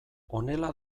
honela